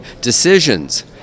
decisions